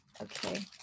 okay